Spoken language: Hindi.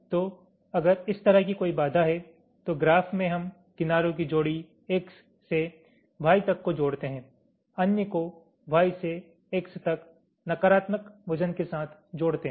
तो अगर इस तरह की कोई बाधा है तो ग्राफ में हम किनारों की जोड़ी X से Y तक को जोड़ते हैं अन्य को Y से X तक नकारात्मक वजन के साथ जोड़ते हैं